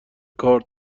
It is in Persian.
کار